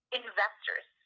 investors